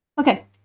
Okay